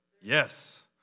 Yes